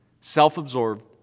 self-absorbed